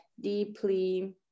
deeply